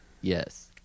Yes